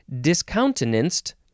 discountenanced